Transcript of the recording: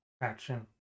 action